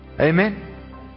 Amen